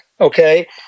okay